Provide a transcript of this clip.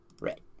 Red